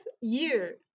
year